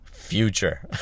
future